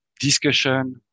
discussion